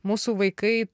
mūsų vaikai